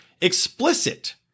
explicit